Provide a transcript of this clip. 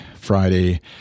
Friday